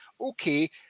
okay